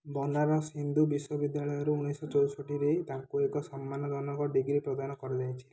ବନାରସ ହିନ୍ଦୁ ବିଶ୍ୱବିଦ୍ୟାଳୟରୁ ଉଣେଇଶ ଚଉଷଠିରେ ତାଙ୍କୁ ଏକ ସମ୍ମାନଜନକ ଡିଗ୍ରୀ ପ୍ରଦାନ କରାଯାଇଥିଲା